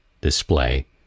display